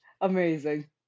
Amazing